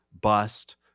bust